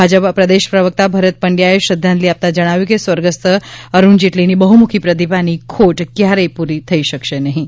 ભાજપ પ્રદેશ પ્રવક્તા ભરત પંડચાએ શ્રધ્ધાંજલિ આપતા જણાવ્યું છે કે સ્વર્ગસ્થ અરૂણ જેટલીની બહુમુખી પ્રતિભાની ખોટ ક્યારેય પૂરી થઈ શકશે નહીં